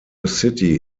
city